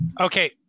Okay